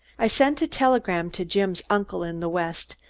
i sent a telegram to jim's uncle in the west,